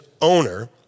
owner